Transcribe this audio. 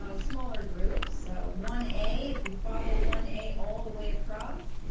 ah smaller groups. so one a, if you follow one a all the way across,